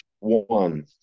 one